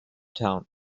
town